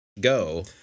go